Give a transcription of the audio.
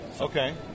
Okay